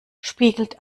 spiegelt